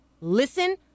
Listen